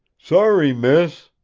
sorry, miss,